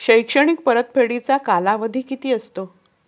शैक्षणिक परतफेडीचा कालावधी किती असतो?